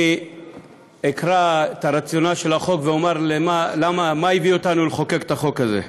אני אקרא את הרציונל של החוק ואומר מה הביא אותנו לחוקק את החוק הזה.